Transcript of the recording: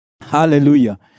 Hallelujah